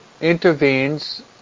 intervenes